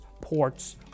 ports